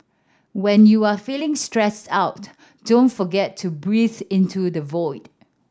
when you are feeling stressed out don't forget to breathe into the void